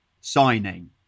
signing